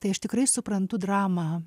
tai aš tikrai suprantu dramą